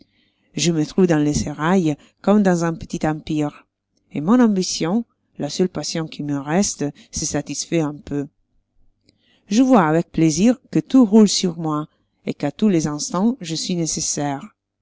je me trouve dans le sérail comme dans un petit empire et mon ambition la seule passion qui me reste se satisfait un peu je vois avec plaisir que tout roule sur moi et qu'à tous les instants je suis nécessaire